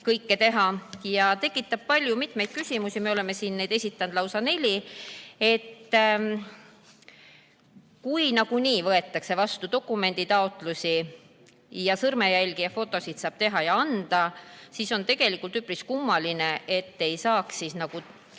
tekitab palju küsimusi, me oleme siin neid esitanud lausa neli. Kui nagunii võetakse vastu dokumenditaotlusi ning sõrmejälgi ja fotosid saab teha ja anda, siis on tegelikult üpris kummaline, et ei saaks neid